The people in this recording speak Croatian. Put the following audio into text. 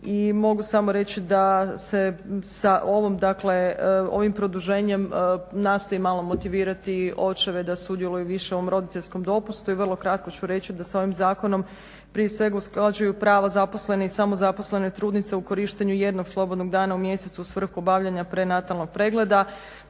mogu samo reći da se sa ovim produženjem nastoji malo motivirati očeve da sudjeluju više u ovom roditeljskom dopustu. I vrlo kratko ću reći da se ovim zakonom prije svega usklađuju prava zaposlenih i samozaposlenoj trudnici u korištenju jednog slobodnog dana u mjesecu u svrhu obavljanja prenatalnog pregleda,